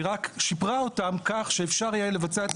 היא רק שיפרה אותן כך שאפשר יהיה לבצע כל